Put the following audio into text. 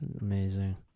Amazing